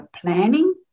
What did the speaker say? planning